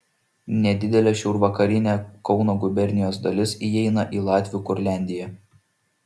nedidelė šiaurvakarinė kauno gubernijos dalis įeina į latvių kurliandiją